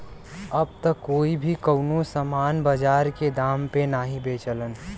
अब त कोई भी कउनो सामान बाजार के दाम पे नाहीं बेचलन